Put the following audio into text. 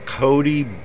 Cody